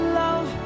love